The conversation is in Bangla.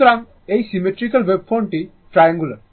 সুতরাং এই সিমেট্রিক্যাল ওয়েভফর্মটি ট্রায়াঙ্গুলার